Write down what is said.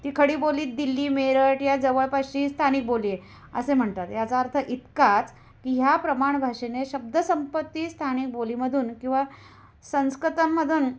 ती खडी बोलीत दिल्ली मेरठ या जवळपासची स्थानिक बोली आहे असे म्हणतात याचा अर्थ इतकाच की ह्या प्रमाण भाषेने शब्दसंपत्ती स्थानिक बोलीमधून किंवा संस्कृतांमधून